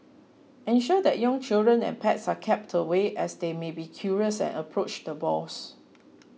ensure that young children and pets are kept away as they may be curious and approach the boars